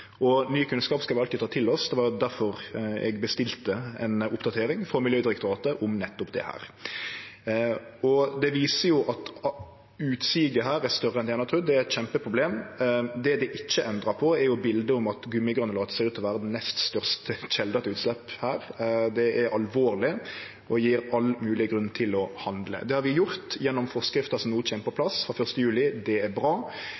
Ny kunnskap skal vi verkeleg ta til oss. Det var difor eg bestilte ei oppdatering frå Miljødirektoratet om nettopp dette, og ho viser at utsiget er større enn ein har trudd. Det er eit kjempeproblem. Det som det ikkje endrar på, er bildet om at gummigranulat ser ut til å vere den nest største kjelda til utslepp her. Det er alvorleg og gjev all mogleg grunn til å handle. Det har vi gjort gjennom forskrifta som no kjem på plass frå 1. juli. Det er bra.